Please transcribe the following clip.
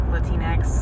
Latinx